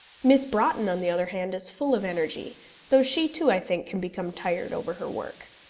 miss broughton, on the other hand, is full of energy though she too, i think, can become tired over her work.